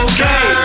Okay